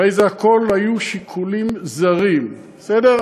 הרי הכול היה שיקולים זרים, בסדר?